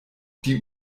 die